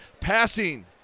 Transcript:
passing